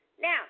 Now